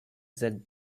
that